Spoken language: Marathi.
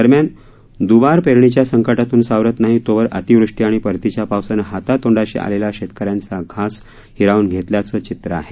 दरम्यान दुबार पेरणीच्या संकटातून सावरत नाही तोवर अतिवृष्टी आणि परतीच्या पावसानं हातातोंडाशी आलेला शेतकऱ्यांचा घास हिरावून घेतल्याचं चित्र आहे